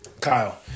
Kyle